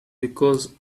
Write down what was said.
because